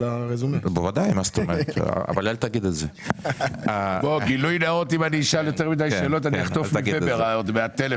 אם אני אשאל יותר מידי אני אקבל טלפון.